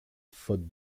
faute